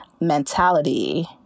mentality